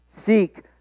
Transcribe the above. seek